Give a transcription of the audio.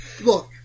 look